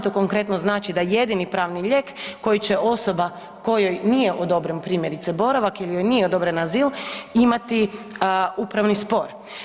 To konkretno znači da jedini pravni lijek koji će osoba kojoj nije odobren primjerice boravak ili joj nije odobren azil imati upravni spor.